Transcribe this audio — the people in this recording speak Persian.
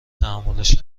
تحملش